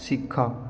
ଶିଖ